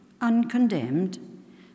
uncondemned